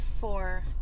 four